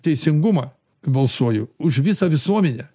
teisingumą balsuoju už visą visuomenę